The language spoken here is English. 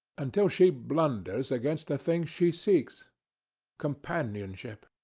until she blunders against the thing she seeks companionship.